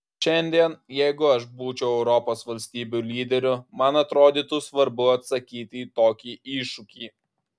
šiandien jeigu aš būčiau europos valstybių lyderiu man atrodytų svarbu atsakyti į tokį iššūkį